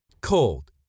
Cold